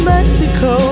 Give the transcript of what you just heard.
Mexico